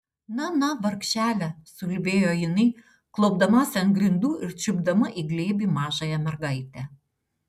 na na vargšele suulbėjo jinai klaupdamasi ant grindų ir čiupdama į glėbį mažąją mergaitę